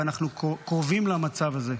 ואנחנו קרובים למצב הזה.